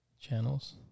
Channels